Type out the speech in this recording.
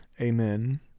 Amen